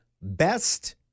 best